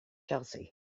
chelsea